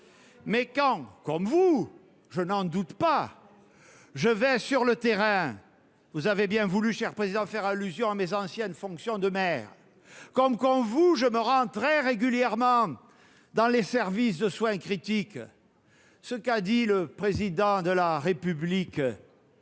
mais, comme vous- je n'en doute pas -, je vais sur le terrain. Vous avez bien voulu faire allusion, cher président Retailleau, à mes anciennes fonctions de maire : quand, comme vous, je me rends très régulièrement dans les services de soins critiques, ce qu'a dit le Président de la République,